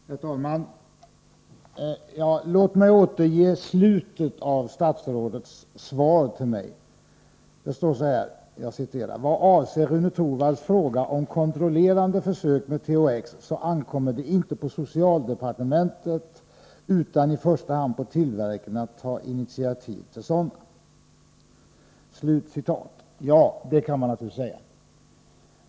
Herr talman! Låt mig återge slutet av statsrådets svar till mig. Det heter där: ”Vad avser Rune Torwalds fråga om kontrollerande försök med THX så ankommer det inte på socialdepartementet utan i första hand på tillverkaren att ta initiativ till sådana.” Ja, detta kan naturligtvis sägas.